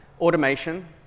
Automation